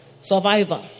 survivor